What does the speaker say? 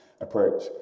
approach